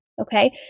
Okay